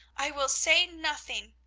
i will say nothing!